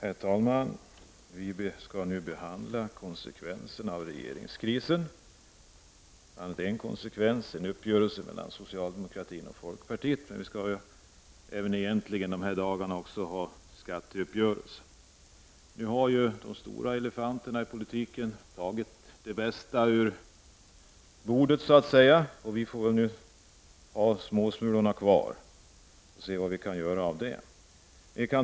Herr talman! Vi skall nu behandla konsekvenserna av regeringskrisen. Det gäller uppgörelsen mellan socialdemokratin och folkpartiet, men egentligen skall vi också de här dagarna behandla skatteuppgörelsen. Nu har ju de stora elefanterna i politiken så att säga tagit det bästa från bordet, varför bara småsmulorna är kvar. Vi får se vad vi kan göra av det hela.